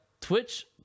Twitch